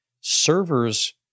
Servers